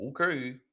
Okay